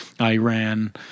Iran